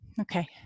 Okay